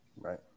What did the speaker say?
Right